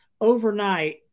overnight